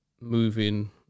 moving